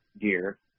gear